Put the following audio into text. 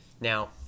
Now